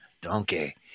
Donkey